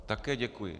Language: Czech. Také děkuji.